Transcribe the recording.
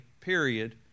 Period